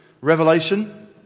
Revelation